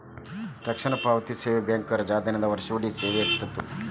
ತಕ್ಷಣದ ಪಾವತಿ ಸೇವೆ ಬ್ಯಾಂಕ್ ರಜಾದಿನಾನು ವರ್ಷವಿಡೇ ಸೇವೆ ಇರ್ತದ